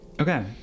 Okay